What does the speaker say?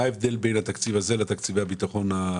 מה ההבדל בין התקציב הזה לתקציבי הביטחון?